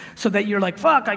so that you're like, fuck, like